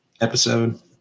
episode